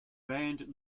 banned